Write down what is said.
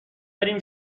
بریم